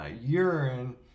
urine